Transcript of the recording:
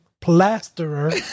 plasterer